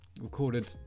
recorded